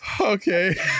Okay